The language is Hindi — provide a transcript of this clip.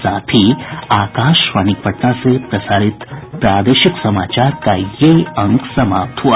इसके साथ ही आकाशवाणी पटना से प्रसारित प्रादेशिक समाचार का ये अंक समाप्त हुआ